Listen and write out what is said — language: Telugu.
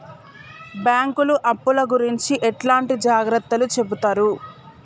బ్యాంకులు అప్పుల గురించి ఎట్లాంటి జాగ్రత్తలు చెబుతరు?